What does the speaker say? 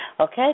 okay